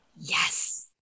Yes